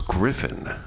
Griffin